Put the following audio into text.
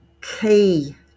key